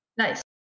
Nice